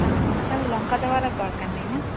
আচ্ছা তাহলে লংকা দেওয়ার আর দরকার নেই না